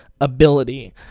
ability